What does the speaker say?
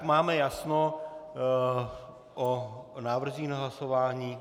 Máme jasno o návrzích na hlasování.